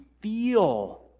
feel